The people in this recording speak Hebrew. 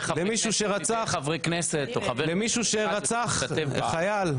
למישהו שרצח חייל,